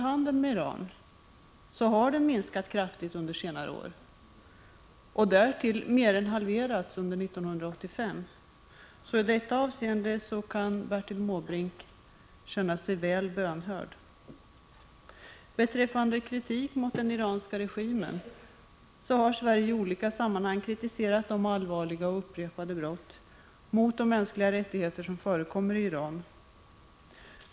Handeln med Iran har minskat kraftigt under senare år, och under 1985 har den gått ned med mer än hälften. I detta avseende kan alltså Bertil Måbrink anse sig bönhörd. Vad beträffar kritik mot den iranska regimen, så har Sverige i olika sammanhang kritiserat de allvarliga och upprepade brott mot de mänskliga rätttigheterna som förekommer i Iran.